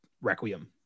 Requiem